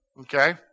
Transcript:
Okay